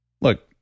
Look